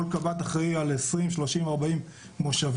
כל קב"ט אחראי על עשרים, שלושים, ארבעים מושבים.